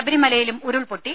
ശബരിമലയിലും ഉരുൾപൊട്ടി